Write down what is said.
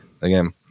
again